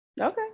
Okay